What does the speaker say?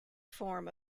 form